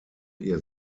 ihr